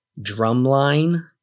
Drumline